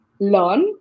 learn